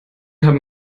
haben